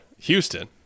Houston